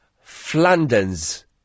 Flanders